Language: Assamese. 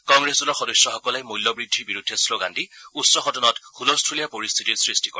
কংগ্ৰেছ দলৰ সদস্যসকলে মূল্যবৃদ্ধিৰ বিৰুদ্ধে শ্লোগান দি উচ্চ সদনত হুলস্থূলীয়া পৰিস্থিতিৰ সৃষ্টি কৰে